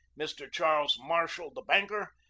mr. charles marshall, the banker,